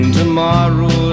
tomorrow